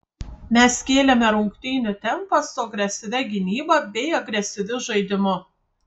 mes kėlėme rungtynių tempą su agresyvia gynyba bei agresyviu žaidimu